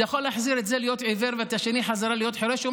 אתה יכול להחזיר את זה להיות עיוור ואת השני חזרה להיות חירש?